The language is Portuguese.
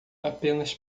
apenas